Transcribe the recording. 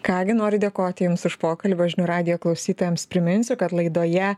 ką gi noriu dėkoti jums už pokalbį žinių radijo klausytojams priminsiu kad laidoje